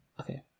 Okay